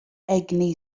egni